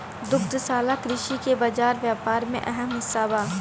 दुग्धशाला कृषि के बाजार व्यापार में अहम हिस्सा बा